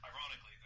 Ironically